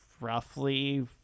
roughly